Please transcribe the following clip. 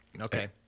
Okay